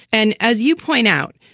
and as you point out,